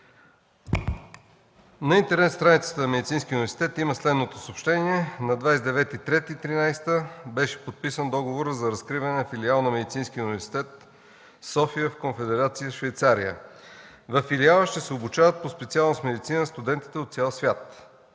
на интернет страницата на Медицинския университет има следното съобщение: „На 29 март 2013 г. беше подписан договорът за разкриване на филиал на Медицинския университет в София в Конфедерация Швейцария. Във филиала ще се обучават по специалност „Медицина” студенти от цял свят.”